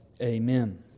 amen